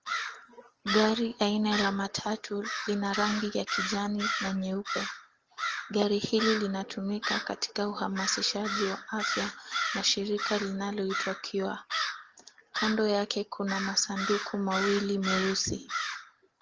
Gari aina la matatu lina rangi ya kijani na nyeupe. Gari hili linatumika katika uhamasishaji wa afya na shirika linaoitwa Cure. Kando yake kuna masanduku mawili meusi.